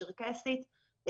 הצ'רקסית,